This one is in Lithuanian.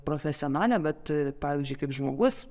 profesionalė bet pavyzdžiui kaip žmogus